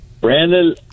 Brandon